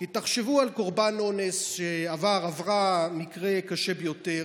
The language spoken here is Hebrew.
כי תחשבו על קורבן אונס שעבר או עברה מקרה קשה ביותר.